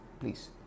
Please